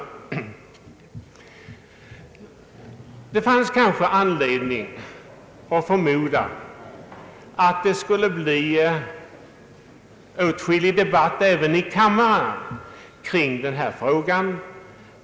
Det fanns kanske anledning att vänta åtskillig debatt även i kammaren i denna fråga.